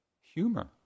humor